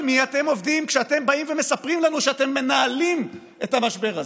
על מי אתם עובדים כשאתם באים ומספרים לנו שאתם מנהלים את המשבר הזה?